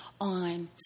on